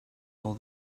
all